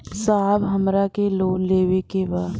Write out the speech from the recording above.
साहब हमरा के लोन लेवे के बा